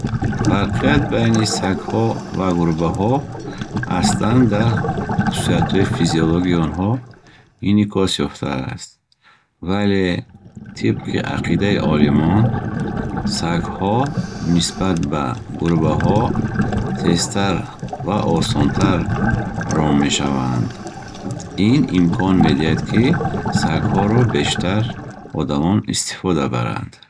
Фарқият байни сагҳо ва гурбаҳо аслан дар хусусиятҳои физиологии онҳо инъикос ёфтааст. вале тибқи ақидаи олимон сагҳо нисбат ба гурбаҳо тезтар ва осонтар ром мешаванд. Ин имкон медиҳад, ки сагҳоро бештар одамон истифода баранд.